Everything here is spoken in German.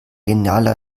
genialer